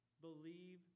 believe